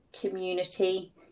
community